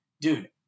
dude